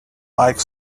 like